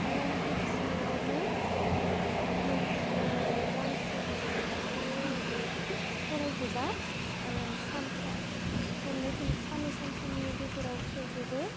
आरो आं खेबसेयावनो गांसे बिजाबखौ फरायजोबा सान्नै सानथामनि गेजेराव फोजोबो